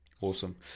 Awesome